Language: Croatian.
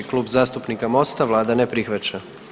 Klub zastupnika MOST-a, vlada ne prihvaća.